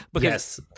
Yes